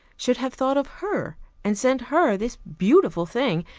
should have thought of her and sent her this beautiful thing,